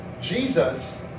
Jesus